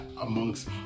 amongst